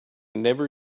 never